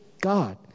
God